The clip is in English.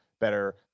better